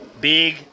Big